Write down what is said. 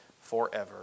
forever